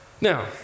now